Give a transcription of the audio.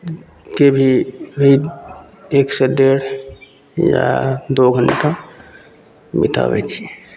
के भी भी एकसे डेढ़ या दुइ घण्टा बिताबै छी